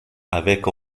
avec